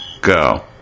go